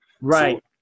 Right